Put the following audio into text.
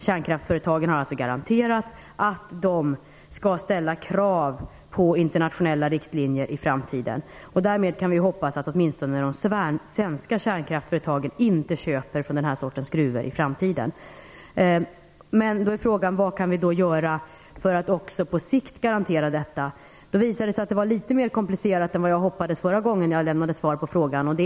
Kärnkraftföretagen har alltså garanterat att de skall ställa krav på internationella riktlinjer i framtiden. Därmed kan vi hoppas att åtminstone de svenska kärnkraftföretagen inte köper från den här sortens gruvor i framtiden. Men frågan är även vad vi kan göra för att också på sikt garantera detta. Det visade sig vara litet mera komplicerat än vad jag hoppades förra gången som jag lämnade svar på frågan.